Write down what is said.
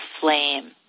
flame